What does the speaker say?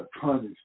punished